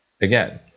Again